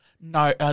No